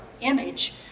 image